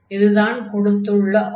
இதுதான் கொடுத்துள்ள ஆர்டர்